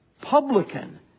publican